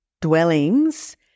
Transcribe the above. dwellings